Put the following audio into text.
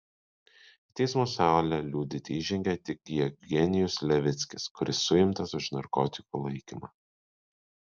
į teismo salę liudyti įžengė tik jevgenijus levickis kuris suimtas už narkotikų laikymą